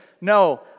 No